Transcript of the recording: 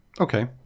Okay